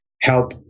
help